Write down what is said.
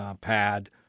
pad